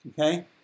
Okay